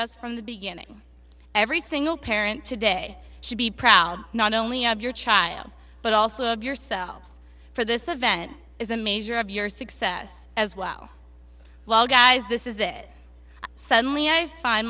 us from the beginning every single parent today should be proud not only of your child but also of yourselves for this event is a measure of your success as well while guys this is it suddenly i find